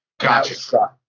Gotcha